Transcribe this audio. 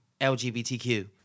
LGBTQ